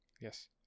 Yes